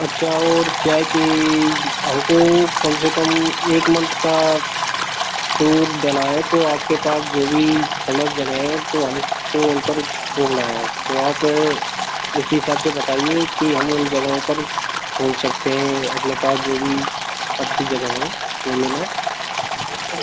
अच्छा और क्या है कि हमको कम से कम एक मन्थ का टूर देना है तो आपके पास जो भी फेमस जगह है तो हमको उन पर घूमना है तो आप इस हिसाब से बताइए कि हम उन जगहों पर घूम सकते हैं या अपने पास जो भी अच्छी जगह हैं उनमें